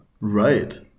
Right